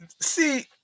see